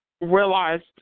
realized